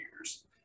years